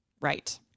Right